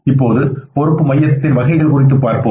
இப்போது பொறுப்பு மையங்களின் வகைகள் குறித்து பார்ப்போம்